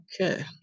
Okay